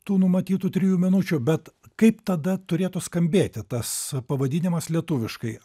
tų numatytų trijų minučių bet kaip tada turėtų skambėti tas pavadinimas lietuviškai